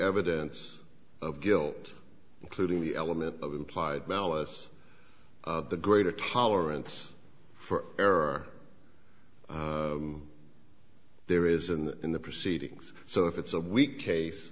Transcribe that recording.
evidence of guilt including the element of implied malice the greater tolerance for error there isn't that in the proceedings so if it's a weak case